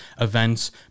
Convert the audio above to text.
events